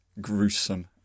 gruesome